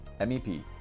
MEP